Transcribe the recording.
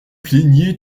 plaigniez